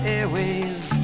Airways